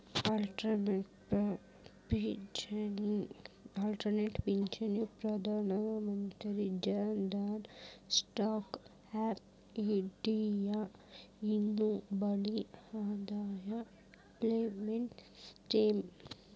ಅಟಲ್ ಪಿಂಚಣಿ Pradhan Mantri Jan Dhan stand up India ಇನ್ನು ಭಾಳ್ ಅದಾವ್ ಫೈನಾನ್ಸ್ ಸ್ಕೇಮ್